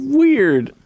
weird